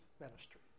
ministry